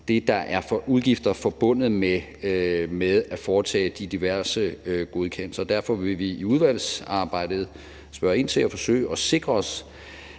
det, der er af udgifter forbundet med at foretage diverse godkendelser. Derfor vil vi i udvalgsarbejdet spørge ind til det og forsøge at sikre os,